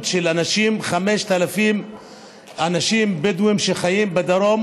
של 5,000 אנשים בדואים שחיים בדרום,